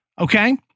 Okay